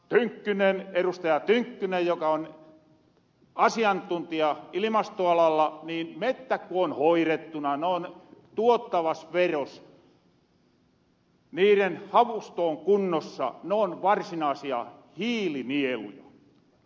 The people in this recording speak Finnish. tynkkynen joka on asiantuntija ilimastoalalla että mettät ku on hoirettuna ne on tuottavas veros niiren havusto on kunnossa noon varsinaasia hiilinieluja